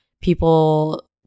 people